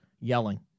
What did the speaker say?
yelling